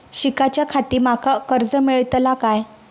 शिकाच्याखाती माका कर्ज मेलतळा काय?